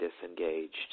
disengaged